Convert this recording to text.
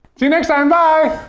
see you next time, bye!